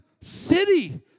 city